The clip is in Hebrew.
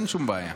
אין שום בעיה.